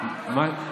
מה יהיה בעוד חודש?